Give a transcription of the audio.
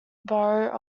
borough